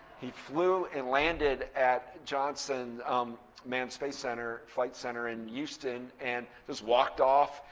he flew and landed at johnson um manned space center, flight center in houston and just walked off,